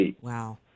Wow